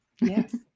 Yes